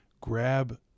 grab